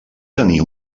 tenir